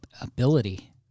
ability